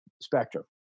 spectrum